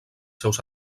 seus